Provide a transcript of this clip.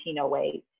1908